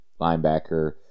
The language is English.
linebacker